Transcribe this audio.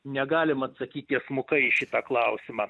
negalim atsakyt tiesmukai į šitą klausimą